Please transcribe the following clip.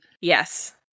Yes